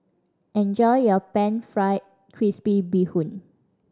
enjoy your Pan Fried Crispy Bee Hoon